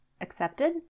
accepted